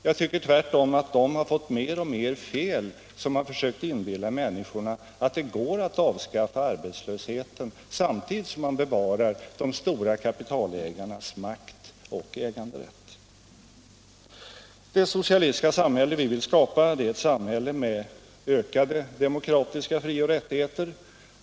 Jag tycker tvärtom att de har fått mer och mer fel som har försökt inbilla människorna att det går att avskaffa arbetslösheten samtidigt som man bevarar de stora kapitalägarnas makt och äganderätt. Det socialistiska samhälle vi vill skapa är ett samhälle med ökade demokratiska frioch rättigheter.